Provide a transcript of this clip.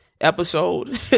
episode